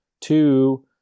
Two